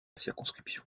circonscription